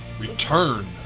return